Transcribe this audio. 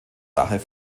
daher